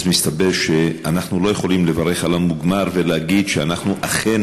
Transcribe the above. אז מסתבר שאנחנו לא יכולים לברך על המוגמר ולהגיד שאנחנו אכן